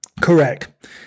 Correct